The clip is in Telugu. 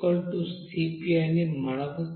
CvCp అని మనకు తెలుసు